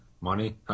money